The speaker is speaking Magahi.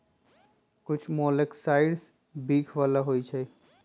कुछ मोलॉक्साइड्स विख बला होइ छइ